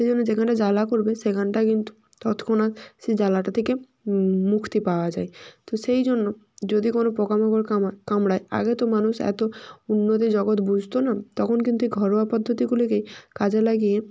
সেজন্য যেখানটাই জ্বালা করবে সেখানটায় কিন্তু তৎক্ষণাৎ সেই জ্বালাটা থেকে মুক্তি পাওয়া যায় তো সেই জন্য যদি কোনো পোকা মাকড় কামড়ায় আগে তো মানুষ এতো উন্নতি জগৎ বুঝতো না তখন কিন্তু এই ঘরোয়া পদ্ধতিগুলোকেই কাজে লাগিয়ে